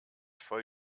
voll